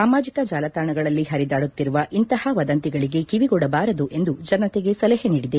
ಸಾಮಾಜಕ ಜಾಲತಾಣಗಳಲ್ಲಿ ಹರಿದಾಡುತ್ತಿರುವ ಇಂತಹ ವದಂತಿಗಳಿಗೆ ಕಿವಿಗೊಡಬಾರದು ಎಂದು ಜನತೆಗೆ ಸಲಹೆ ನೀಡಿದೆ